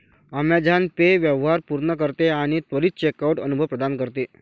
Amazon Pay व्यवहार पूर्ण करते आणि त्वरित चेकआउट अनुभव प्रदान करते